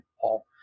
Paul